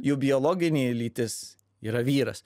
jų biologinė lytis yra vyras